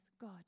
God